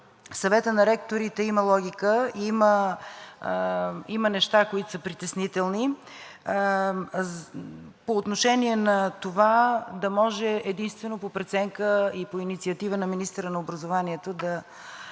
Съвета на ректорите има логика, има и неща, които са притеснителни. По отношение на това да може единствено по преценка и по инициатива на министъра на образованието да